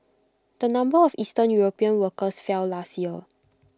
the number of eastern european workers fell last year